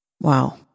wow